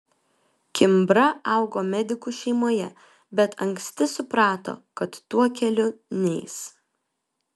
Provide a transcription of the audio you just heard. kimbra augo medikų šeimoje bet anksti suprato kad tuo keliu neis